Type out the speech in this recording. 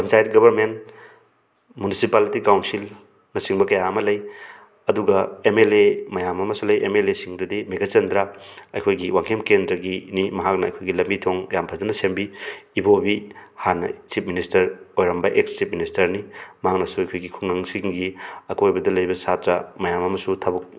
panchayat government municipality council ꯅꯆꯤꯡꯕ ꯀꯌꯥ ꯑꯃ ꯂꯩ ꯑꯗꯨꯒ ꯑꯦꯝ ꯑꯦꯜ ꯑꯦ ꯃꯌꯥꯝ ꯑꯃꯁꯨ ꯂꯩ ꯑꯦꯝ ꯑꯦꯜ ꯑꯦꯁꯤꯡꯗꯨꯗꯤ ꯃꯦꯘꯆꯟꯗ꯭ꯔ ꯑꯩꯈꯣꯏꯒꯤ ꯋꯥꯡꯈꯦꯝ ꯀꯦꯟꯗ꯭ꯔꯒꯤꯅꯤ ꯃꯍꯥꯛꯅ ꯑꯩꯈꯣꯏꯒꯤ ꯂꯝꯕꯤ ꯊꯣꯡ ꯌꯥꯝ ꯐꯖꯅ ꯁꯦꯝꯕꯤ ꯏꯕꯣꯕꯤ ꯍꯥꯟꯅ ꯆꯤꯞ ꯃꯤꯅꯤꯁꯇꯔ ꯑꯣꯏꯔꯝꯕ ꯑꯦꯛꯁ ꯆꯤꯄ ꯃꯤꯅꯤꯁꯇꯔꯅꯤ ꯃꯍꯥꯛꯅꯁꯨ ꯑꯩꯈꯣꯏꯒꯤ ꯈꯨꯡꯒꯪꯁꯤꯡꯒꯤ ꯑꯀꯣꯏꯕꯗ ꯂꯩꯕ ꯁꯥꯇ꯭ꯔ ꯃꯌꯥꯝ ꯑꯃꯁꯨ ꯊꯕꯛ